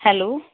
hello